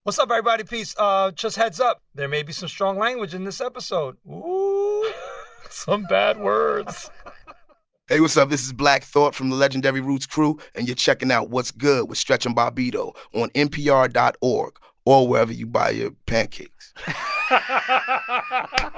what's up, everybody? peace. ah just a heads up, there may be some strong language in this episode. ooo some bad words hey, what's up? this is black thought from the legendary roots crew. and you're checking out what's good with stretch and bobbito on npr dot org or wherever you buy your pancakes um ah